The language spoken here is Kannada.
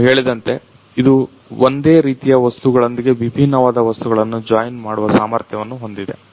ನೀವು ಹೇಳಿದಂತೆ ಇದು ಒಂದೇ ರೀತಿಯ ವಸ್ತುಗಳೊಂದಿಗೆ ಭಿನ್ನವಾದ ವಸ್ತುಗಳನ್ನು ಜಾಯಿನ್ ಮಾಡುವ ಸಾಮರ್ಥ್ಯವನ್ನ ಹೊಂದಿದೆ